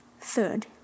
Third